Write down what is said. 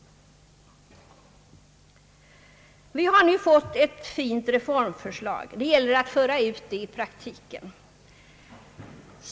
Vi har nu fått ett fint reformförslag. Det gäller att föra ut det i praktiken.